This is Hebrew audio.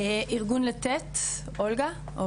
ארגון לתת, אולגה.